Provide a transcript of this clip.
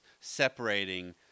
separating